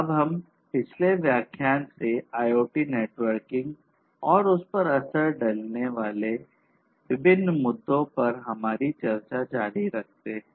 अब हम पिछले व्याख्यान से IoT नेटवर्किंग और उस पर असर डालने वाले विभिन्न मुद्दों पर हमारी चर्चा जारी रखते हैं